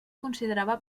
considerava